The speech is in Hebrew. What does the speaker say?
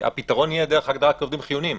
הפתרון יהיה דרך הגדרה כעובדים חיוניים.